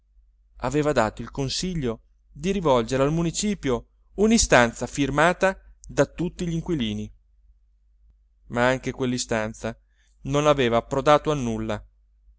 aveva dato il consiglio di rivolgere al municipio un'istanza firmata da tutti gl'inquilini ma anche quell'istanza non aveva approdato a nulla